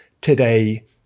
today